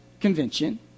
Convention